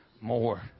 more